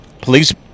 police